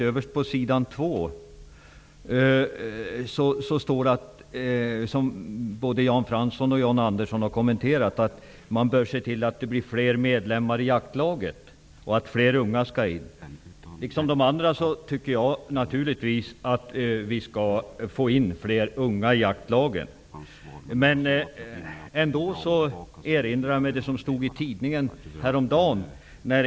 Överst på sidan 2 i svaret står, som både John Andersson och Jan Fransson har kommenterat, att man bör se till att det blir fler medlemmar i jaktlaget och att fler unga borde in. Liksom de andra tycker jag naturligtvis att vi borde få in fler unga i jaktlagen. Men jag erinrar mig det som stod i tidningen häromdagen.